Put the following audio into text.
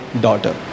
daughter